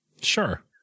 Sure